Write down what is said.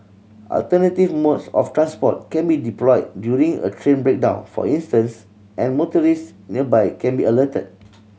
alternative modes of transport can be deployed during a train breakdown for instance and motorists nearby can be alerted